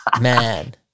Man